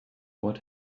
what